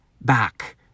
back